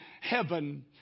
heaven